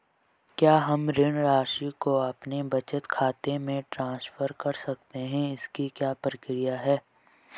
क्या हम ऋण राशि को अपने बचत खाते में ट्रांसफर कर सकते हैं इसकी क्या प्रक्रिया है?